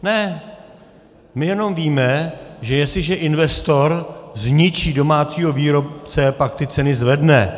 Ne, my jenom víme, že jestliže investor zničí domácího výrobce, pak ty ceny zvedne.